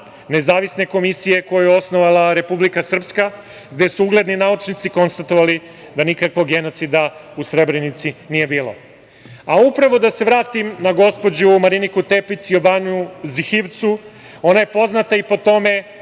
na 1.000 strana, koju je osnovala Republika Srpska gde su ugledni naučnici konstatovali da nikakvog genocida u Srebrenici nije bilo. Da se vratim na gospođu Mariniku Tepić Ciobanu Zhivcu. Ona je poznata i po tome,